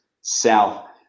south